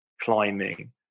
climbing